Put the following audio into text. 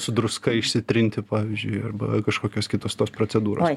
su druska išsitrinti pavyzdžiui arba kažkokios kitos tos procedūros